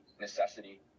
necessity